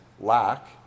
lack